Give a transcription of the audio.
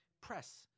press